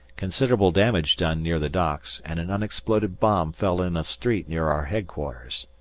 considerable damage done near the docks and an unexploded bomb fell in a street near our headquarters.